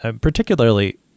particularly